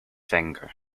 finger